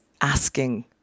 asking